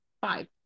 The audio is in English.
five